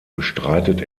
bestreitet